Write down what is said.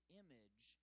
image